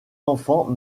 enfants